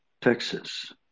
Texas